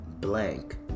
blank